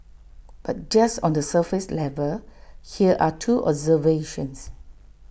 but just on the surface level here are two observations